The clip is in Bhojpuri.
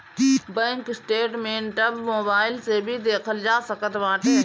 बैंक स्टेटमेंट अब मोबाइल से भी देखल जा सकत बाटे